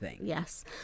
yes